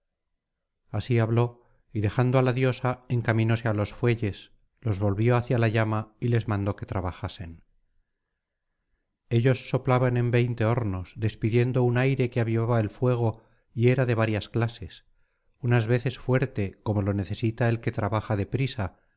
así habló y dejando á la diosa encaminóse á los fuelles los volvió hacíala llama y les mandó que trabajasen estos soplaban en veinte hornos despidiendo un aire que avivaba el fuego y era de varias clases unas veces fuerte como lo necesita el que trabaja de